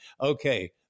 Okay